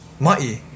ma'i